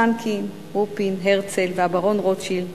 חנקין, רופין, הרצל והברון רוטשילד